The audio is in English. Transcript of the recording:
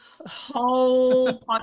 whole